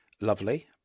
lovely